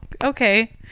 okay